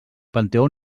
panteó